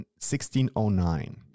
1609